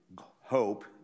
hope